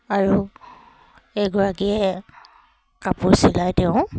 আৰু এগৰাকীয়ে কাপোৰ চিলাই তেওঁ